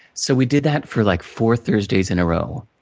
so, we did that for like four thursdays in a row.